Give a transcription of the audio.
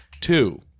Two